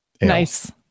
Nice